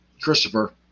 Christopher